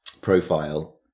profile